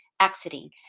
Exiting